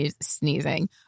sneezing